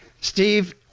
Steve